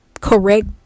correct